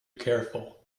careful